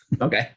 Okay